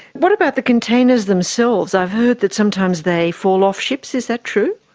what about the containers themselves? i've heard that sometimes they fall of ships, is that true?